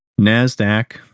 Nasdaq